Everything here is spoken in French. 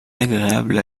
agréable